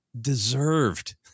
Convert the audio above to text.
deserved